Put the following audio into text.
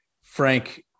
Frank